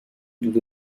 دود